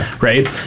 right